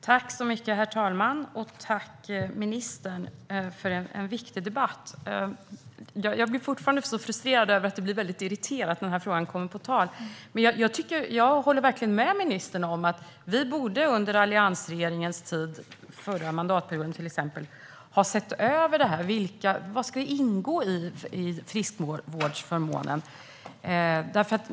Herr talman! Jag vill tacka ministern för en viktig debatt. Jag blir fortfarande frustrerad över att det blir irriterat när frågan kommer på tal. Jag håller verkligen med ministern om att alliansregeringen, till exempel under förra mandatperioden, borde ha sett över vad som ska ingå i friskvårdsförmånen.